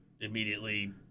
immediately